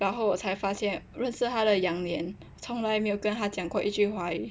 然后我才发现认识他的两年从来没有跟他讲过一句华语